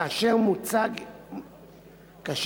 כאשר מושג הסדר